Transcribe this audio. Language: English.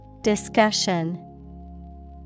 Discussion